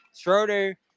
Schroeder